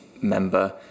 member